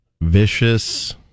Vicious